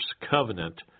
covenant